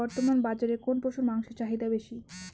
বর্তমান বাজারে কোন পশুর মাংসের চাহিদা বেশি?